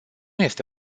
este